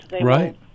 right